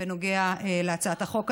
בנוגע להצעת החוק הזאת,